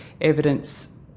evidence